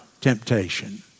temptation